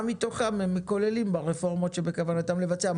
מה מתוכה הם כוללים ברפורמות שבכוונתם לבצע.